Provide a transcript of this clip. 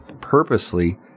purposely